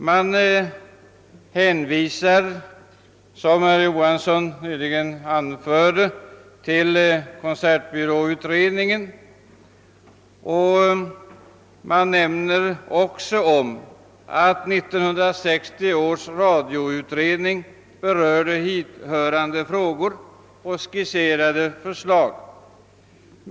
Det hänvisas, som herr Johansson i Växjö nyligen sade, till konsertbyråutredningen och det framhålles också ait 1960 års radioutredning berörde hithörande frågor och skisserade förslag.